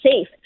safe